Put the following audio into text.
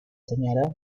señora